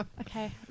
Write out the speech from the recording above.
Okay